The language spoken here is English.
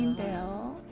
down.